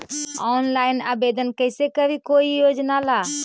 Online आवेदन कैसे करी कोई योजना ला?